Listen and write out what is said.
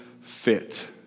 fit